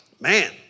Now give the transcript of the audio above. man